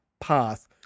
path